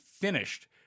finished